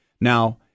Now